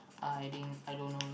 I didn't I don't know leh